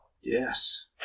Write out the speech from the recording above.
yes